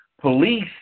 police